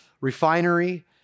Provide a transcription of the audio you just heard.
Refinery